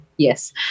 Yes